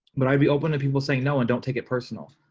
but i'd be open to people saying no and don't take it personal.